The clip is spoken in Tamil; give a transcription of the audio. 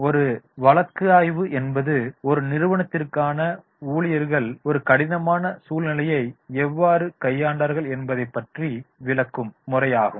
ஒரு வழக்காய்வு என்பது ஒரு நிறுவனத்திற்கான ஊழியர்கள் ஒரு கடினமான சூழ்நிலையை எவ்வாறு கையாண்டார்கள் என்பதை பற்றி விளக்கும் முறையாகும்